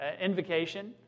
Invocation